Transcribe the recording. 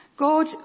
God